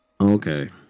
Okay